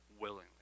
willingly